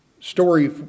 story